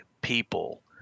people